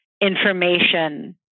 information